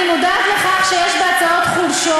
אני מודעת לכך שיש בהצעות חולשות.